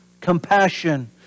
compassion